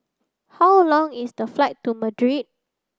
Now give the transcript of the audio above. how long is the flight to Madrid